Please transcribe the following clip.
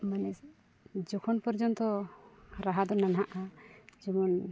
ᱢᱟᱱᱮ ᱡᱚᱠᱷᱚᱱ ᱯᱚᱨᱡᱚᱱᱛᱚ ᱨᱟᱦᱟ ᱫᱚ ᱱᱟᱱᱦᱟᱜᱼᱟ ᱡᱮᱢᱚᱱ